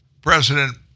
President